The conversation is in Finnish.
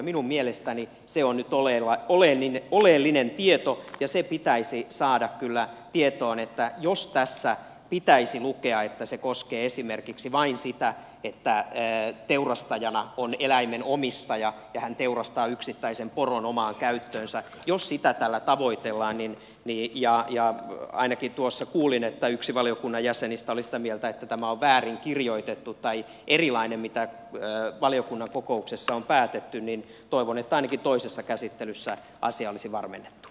minun mielestäni se on nyt oleellinen tieto ja se pitäisi saada kyllä tietoon että jos tässä pitäisi lukea että se koskee esimerkiksi vain sitä että teurastajana on eläimen omistaja ja hän teurastaa yksittäisen poron omaan käyttöönsä jos sitä tällä tavoitellaan ja ainakin tuossa kuulin että yksi valiokunnan jäsenistä oli sitä mieltä että tämä on väärin kirjoitettu tai erilainen kuin valiokunnan kokouksessa on päätetty niin toivon että ainakin toisessa käsittelyssä asia olisi varmennettu